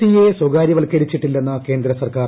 സിയെ സ്വകാര്യവത്ക്കരിച്ചിട്ടില്ലെന്ന് കേന്ദ്രസർക്കാർ